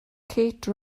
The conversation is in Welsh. kate